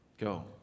Go